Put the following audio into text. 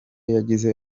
yagize